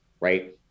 Right